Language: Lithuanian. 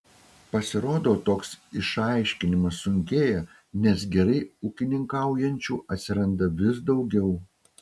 pasirodo toks išaiškinimas sunkėja nes gerai ūkininkaujančių atsiranda vis daugiau